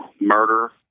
murder